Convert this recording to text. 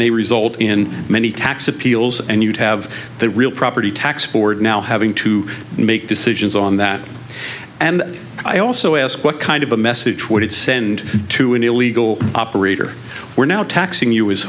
may result in many tax appeals and you'd have the real property tax board now having to make decisions on that and i also ask what kind of a message would it send to an illegal operator we're now taxing you